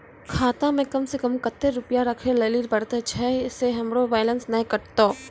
खाता मे कम सें कम कत्ते रुपैया राखै लेली परतै, छै सें हमरो बैलेंस नैन कतो?